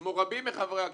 וכמו רבים מחברי הקואליציה,